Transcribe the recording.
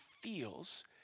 feels